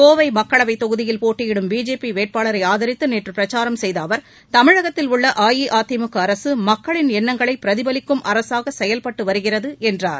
கோவை மக்களவைத் தொகுதியில் போட்டியிடும் பிஜேபி வேட்பாளரை ஆதரித்து நேற்று பிரச்சாரம் செய்த அவர் தமிழகத்தில் உள்ள அஇஅதிமுக அரசு மக்களின் எண்ணங்களை பிரதிபலிக்கும் அரசாக செயல்பட்டு வருகிறது என்றார்